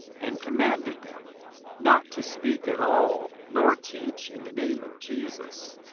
and commanded them not to speak at all nor teach in the name of jesus.